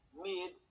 mid